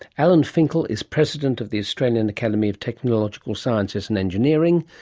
alan finkel is president of the australian academy of technological sciences and engineering,